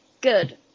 good